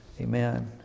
Amen